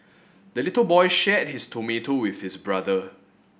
the little boy shared his tomato with his brother